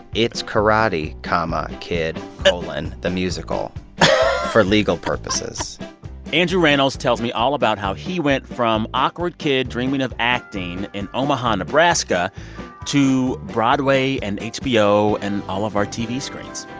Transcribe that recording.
it's karate comma kid colon the musical for legal purposes andrew rannells tells me all about how he went from awkward kid dreaming of acting in omaha, neb, ah to broadway and hbo and all of our tv screens.